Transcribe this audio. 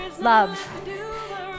love